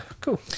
cool